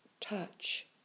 touch